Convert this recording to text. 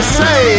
say